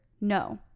no